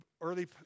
Early